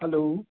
hello